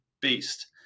beast